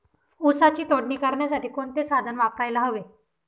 ऊसाची तोडणी करण्यासाठी कोणते साधन वापरायला हवे?